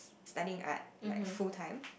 studying art like full time